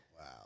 Wow